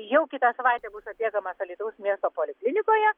jau kitą savaitę bus atliekamas alytaus miesto poliklinikoje